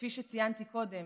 כפי שציינתי קודם,